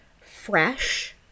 fresh